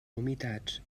humitats